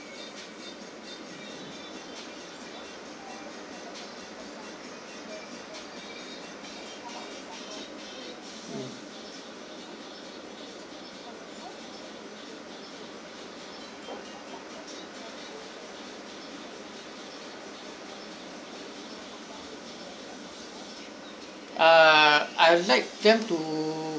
ah I would like them to